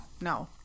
No